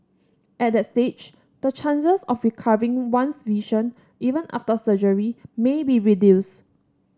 at that stage the chances of recovering one's vision even after surgery may be reduced